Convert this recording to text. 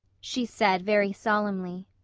she said very solemnly,